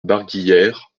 barguillère